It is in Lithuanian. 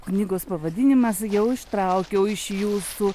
knygos pavadinimas jau ištraukiau iš jūsų